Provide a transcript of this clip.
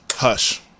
Hush